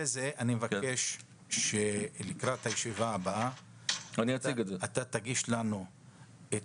אני מבקש שלקראת הישיבה הבאה תגיש לנו את